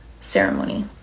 ceremony